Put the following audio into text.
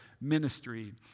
ministry